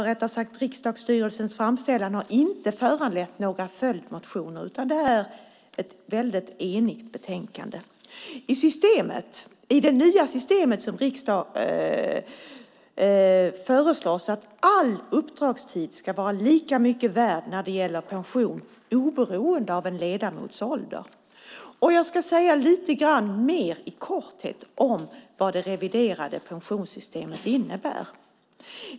Jag vill också säga att riksdagsstyrelsens framställan inte har föranlett några följdmotioner, utan detta är ett enigt betänkande. I det nya systemet föreslås att all uppdragstid ska vara lika mycket värd när det gäller pension, oberoende av en ledamots ålder. Jag ska säga lite mer i korthet om vad det reviderade pensionssystemet innebär.